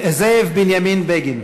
אני, זאב בנימין בגין,